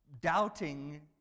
doubting